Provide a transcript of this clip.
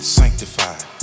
sanctified